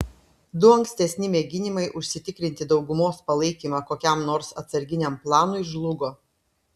du ankstesni mėginimai užsitikrinti daugumos palaikymą kokiam nors atsarginiam planui žlugo